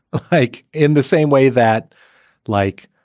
a hike in the same way that like.